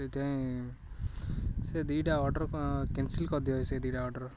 ସେଥିପାଇଁ ସେ ଦୁଇଟା ଅର୍ଡ଼ର୍ କ୍ୟାନସଲ୍ କରିଦିଅ ସେ ଦୁଇଟା ଅର୍ଡ଼ର୍